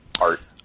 art